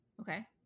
Okay